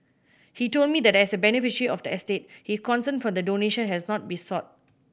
he told me that as a beneficiary of the estate his consent for the donation has not been sought